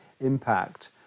impact